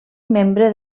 membre